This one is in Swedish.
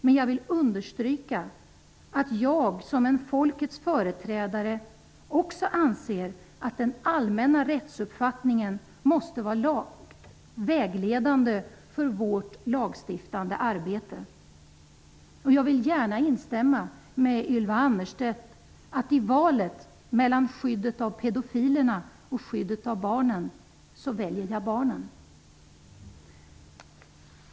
Men jag vill understryka att jag, som en folkets företrädare, också anser att den allmänna rättsuppfattningen måste vara vägledande för vårt lagstiftande arbete. Jag vill gärna instämma med Ylva Annerstedt att i valet mellan skyddet av pedofilerna och skyddet av barnen, väljer jag barnen.